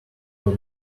will